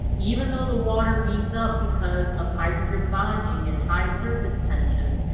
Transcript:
even though the water beads up because of hydrogen bonding and high surface tension,